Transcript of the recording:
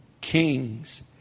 Kings